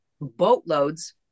boatloads